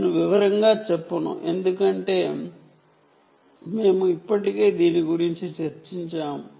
నేను వివరంగా చెప్పను ఎందుకంటే మేము ఇప్పటికే దీని గురించి చర్చించాము